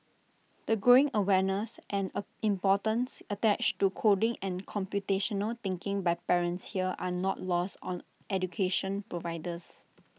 the growing awareness and A importance attached to coding and computational thinking by parents here are not lost on education providers